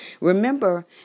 Remember